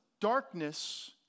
darkness